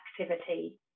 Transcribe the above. activity